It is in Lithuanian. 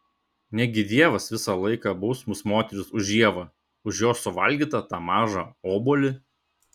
negi dievas visą laiką baus mus moteris už ievą už jos suvalgytą tą mažą obuolį